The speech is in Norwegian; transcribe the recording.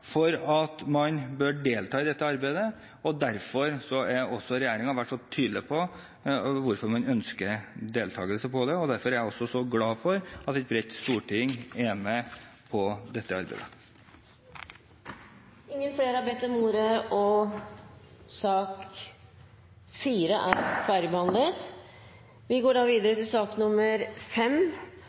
at man bør delta i dette arbeidet. Derfor har regjeringen vært tydelig på hvorfor man ønsker deltakelse i dette. Derfor er jeg også glad for at et bredt flertall i Stortinget er med på dette arbeidet. Flere har ikke bedt om ordet til sak nr. 4. Jeg viser til Stortingets behandling av Prop. 88 S for 2013–2014, og jeg viser til